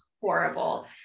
horrible